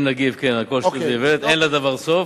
אם נגיב על כל שטות ואיוולת, אין לדבר סוף.